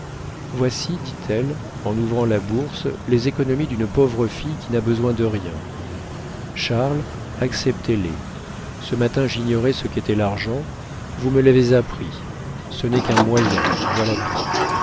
voici dit-elle en ouvrant la bourse les économies d'une pauvre fille qui n'a besoin de rien charles acceptez les ce matin j'ignorais ce qu'était l'argent vous me l'avez appris ce n'est qu'un moyen voilà tout